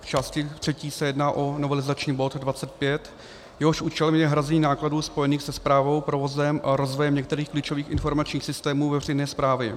V části třetí se jedná o novelizační bod 25, jehož účelem je hrazení nákladů spojených se správou, provozem a rozvojem některých klíčových informačních systémů veřejné správy.